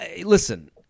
listen